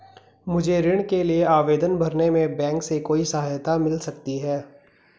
मुझे ऋण के लिए आवेदन भरने में बैंक से कोई सहायता मिल सकती है?